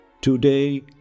Today